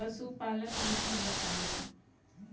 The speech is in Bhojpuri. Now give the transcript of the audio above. पशुपालन विधि बताई?